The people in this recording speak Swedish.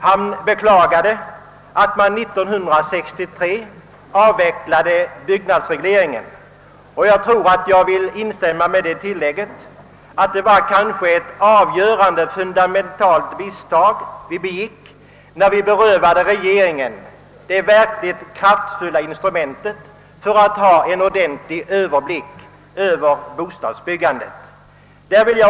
Han beklagade att man 1963 avvecklade byggnadsregleringen. Jag instämmer häri, med det tillägget att det nu framstår som ett avgörande fundamentalt misstag när vi berövade regeringen detta verkligt kraftfulla instrument för att få en ordentlig överblick över bostadsbyggandet.